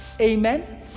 Amen